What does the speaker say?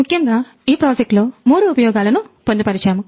ముఖ్యముగా ఈ ప్రాజెక్టులో మూడు ఉపయోగాలను పొందుపరిచాము